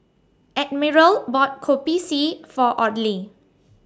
Admiral bought Kopi C For Audley